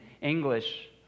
English